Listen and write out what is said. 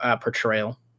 portrayal